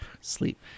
sleep